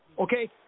okay